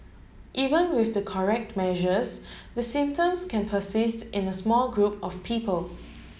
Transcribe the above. even with the correct measures the symptoms can persist in a small group of people